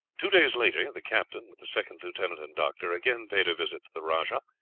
two days later, the captain, with the second lieutenant and doctor, again paid a visit to the rajah,